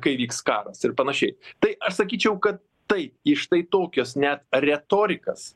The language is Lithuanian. kai vyks karas ir panašiai tai aš sakyčiau kad taip į štai tokias net retorikas